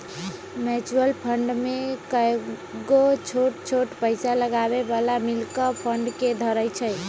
mutual fund में कयगो छोट छोट पइसा लगाबे बला मिल कऽ फंड के धरइ छइ